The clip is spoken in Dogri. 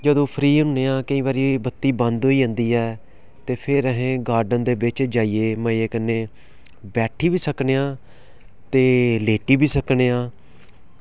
जदूं फ्री होन्ने आं ते केईं बारी बत्ती बंद होई जंदी ऐ ते फिर अस गार्डन दे बिच्च जाइयै मजे कन्नै बैैठी बी सकने आं ते लेटी बी सकने आं